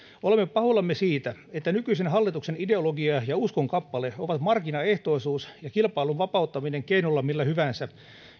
olemme pahoillamme siitä että nykyisen hallituksen ideologia ja uskonkappale ovat markkinaehtoisuus ja kilpailun vapauttaminen keinolla millä hyvänsä